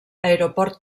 aeroport